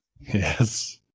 Yes